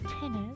tennis